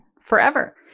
forever